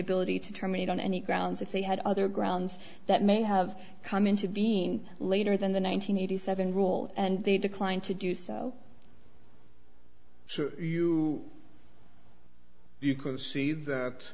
ability to terminate on any grounds if they had other grounds that may have come into being later than the one nine hundred eighty seven rule and they declined to do so so you can see that